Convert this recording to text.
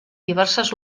diverses